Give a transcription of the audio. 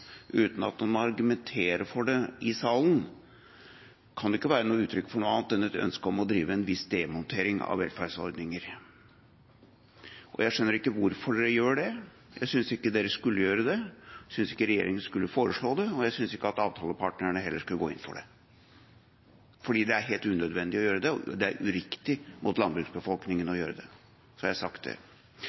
uten at man argumenterer for det i salen, ikke kan være uttrykk for noe annet enn et ønske om å drive en viss demontering av velferdsordninger. Jeg skjønner ikke hvorfor de gjør det, jeg synes ikke de skulle gjøre det, jeg synes ikke regjeringa skulle foreslå det, og jeg synes heller ikke at avtalepartnerne skulle gå inn for det. Det er helt unødvendig å gjøre det, og det er uriktig mot landbruksbefolkninga å gjøre det. Så har jeg sagt det.